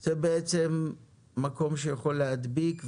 זה בעצם מקום שיכול להדביק,